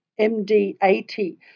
MD-80